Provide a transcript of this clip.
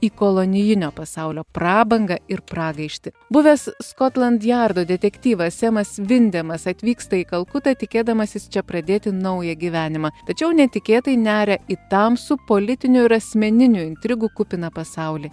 į kolonijinio pasaulio prabangą ir pragaištį buvęs skotland jardo detektyvas semas vindemas atvyksta į kalkutą tikėdamasis čia pradėti naują gyvenimą tačiau netikėtai neria į tamsų politinių ir asmeninių intrigų kupiną pasaulį